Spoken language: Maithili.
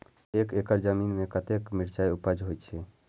एक एकड़ जमीन में कतेक मिरचाय उपज होई छै?